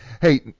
Hey